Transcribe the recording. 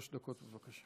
שלוש דקות, בבקשה.